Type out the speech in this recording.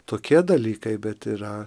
tokie dalykai bet yra